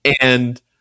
And-